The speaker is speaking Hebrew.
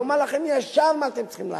ואומר לכם ישר מה אתם צריכים לעשות.